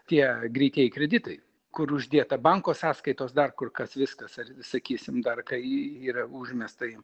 tie greitieji kreditai kur uždėta banko sąskaitos dar kur kas viskas ar sakysim dar kai y yra užmestai